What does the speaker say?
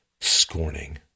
scorning